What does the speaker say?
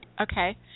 Okay